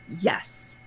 Yes